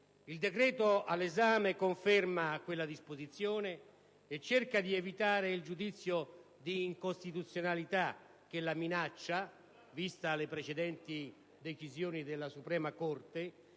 Il decreto in esame conferma quella disposizione e cerca di evitare il giudizio di incostituzionalità che la minaccia, considerate le precedenti decisioni della Suprema corte,